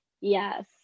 Yes